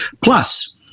Plus